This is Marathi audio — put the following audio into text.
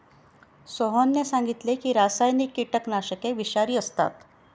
सोहनने सांगितले की रासायनिक कीटकनाशके विषारी असतात